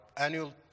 annual